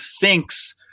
thinks